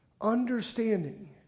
understanding